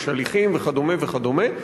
ויש הליכים וכדומה וכדומה.